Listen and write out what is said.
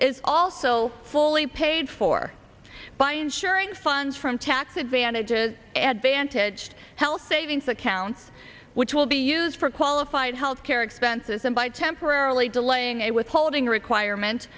is also fully paid for by ensuring funds from tax advantages advantaged health savings accounts which will be used for qualified health care expenses and by temporarily delaying a withholding requirement